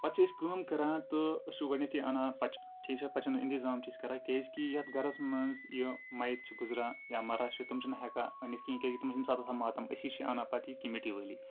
پَتہٕ چھِ أسۍ کٲم کَران تہٕ أسۍ چھِ گۄڈنٮ۪تھٕے اَنان پَتہٕ چھِ ٹھیٖک چھا پَژھٮ۪ن ہُنٛد انتظام چھِ أسۍ کَران کیازِکہِ یَتھ گَرَس منٛز یہِ مَیَت چھِ گُزران یا مَران چھِ تِم چھِنہٕ ہٮ۪کان أنِتھ کِہیٖنۍ کیازِ تِمَن چھِ تَمہِ ساتہٕ آسان ماتَم أسی چھِ اَنان پَتہٕ یہِ کمِٹی وٲلی